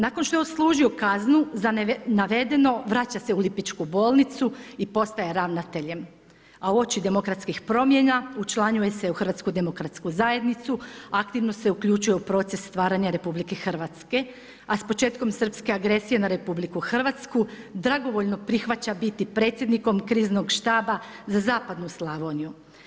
Nakon što je odslužio kaznu za navedeno vraća se u lipičku bolnicu i postaje ravnateljem a uoči demokratskih promjena učlanjuje se u HDZ, aktivno se uključio u proces stvaranja RH a s početkom srpske agresije na RH dragovoljno prihvaća biti predsjednikom kriznog štaba za zapadnu Slavoniju.